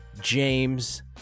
James